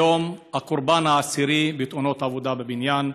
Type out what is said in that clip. היום, הקורבן העשירי בתאונות עבודה בבניין.